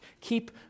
Keep